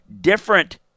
Different